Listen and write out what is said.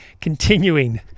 continuing